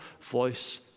voice